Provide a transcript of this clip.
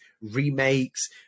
remakes